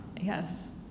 Yes